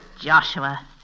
Joshua